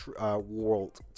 world